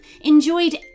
enjoyed